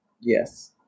Yes